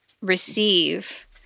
receive